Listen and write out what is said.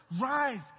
rise